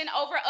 over